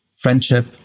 friendship